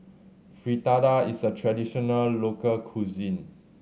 fritada is a traditional local cuisine